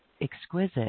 exquisite